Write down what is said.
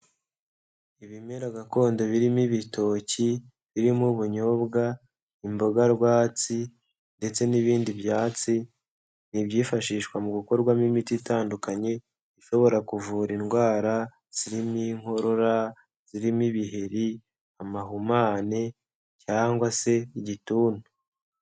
Ibimera gakondo birimo ibitoki, birimo ubunyobwa, imboga rwatsi ndetse n'ibindi byatsi ni ibyifashishwa mu gukorwamo imiti itandukanye ishobora kuvura indwara zirimo inkorora, zirimo ibiheri, amahumane cyangwa se igituntu.